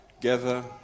Gather